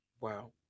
Wow